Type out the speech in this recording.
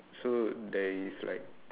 so there is like